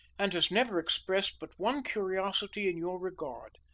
and has never expressed but one curiosity in your regard.